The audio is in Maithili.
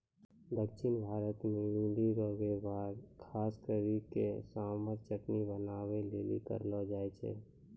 दक्षिण भारत मे इमली रो वेहवार खास करी के सांभर चटनी बनाबै लेली करलो जाय छै